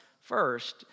first